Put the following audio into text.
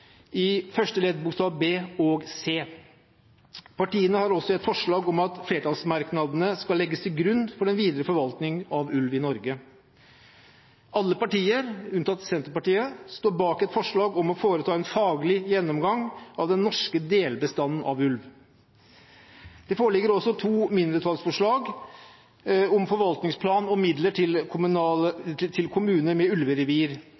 i første ledd bokstav b og c. Partiene har også et forslag om at flertallsmerknadene skal legges til grunn for den videre forvaltning av ulv i Norge. Alle partier, unntatt Senterpartiet, står bak et forslag om å foreta en faglig gjennomgang av den norske delbestanden av ulv. Det foreligger også to mindretallsforslag om forvaltningsplan og midler til kommuner med ulverevir,